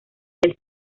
del